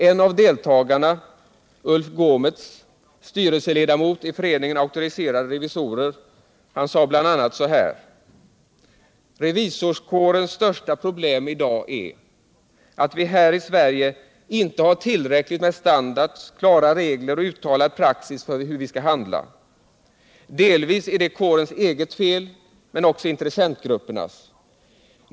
En av deltagarna, Ulf Gometz, styrelseledamot i Föreningen Auktoriserade revisorer, sade bl.a. så här: ”Revisorskårens största problem i dag är, att vi här i Sverige inte har tillräckligt med standards, klara regler och uttalad praxis för hur vi ska handla. Delvis är detta kårens eget fel, men också intressentgruppernas.